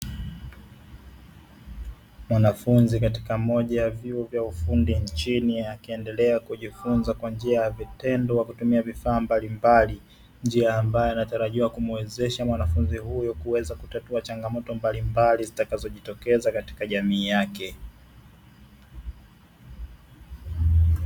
Mwanafunzi katika moja ya vyuo vya ufundi nchini, akiendelea kujifunza kwa njia ya vitendo kwa kutumia vifaa mbalimbali, njia ambayo inatarajiwa kumuwezesha mwanafunzi huyo kuweza kutatua changamoto mbalimbali zitakazojitokeza katika jamii yake.